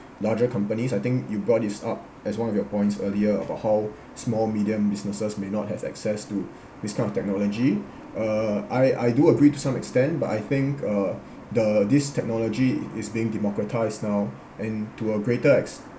larger companies I think you brought it up as one of your points earlier about how small medium businesses may not have access to this kind of technology uh I I do agree to some extent but I think uh the this technology is being democratised now and to a greater ex~